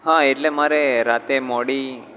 હા એટલે મારે રાત્રે મોડી